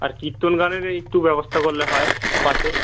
আর কীর্তন গানেরও একটু ব্যবস্থা করলে হয় পাশে